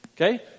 okay